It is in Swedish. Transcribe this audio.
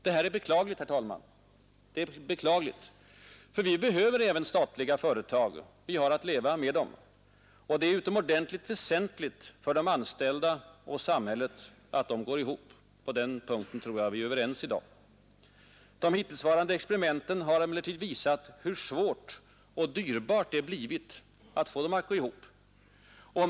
Det här är beklagligt, herr talman, för vi behöver även statliga företag. Vi har att leva med dem. Och det är utomordentligt väsentligt för de anställda och samhället att företagen går ihop. På den punkten tror jag att vi är överens i dag. De hittillsvarande experimenten har emellertid visat hur svårt och dyrbart det blivit att få dem att gå ihop.